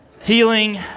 Healing